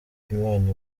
imana